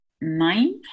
nine